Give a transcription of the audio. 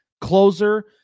closer